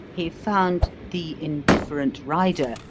he found the indifferent rider,